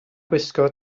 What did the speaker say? gwisgo